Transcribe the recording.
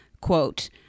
Quote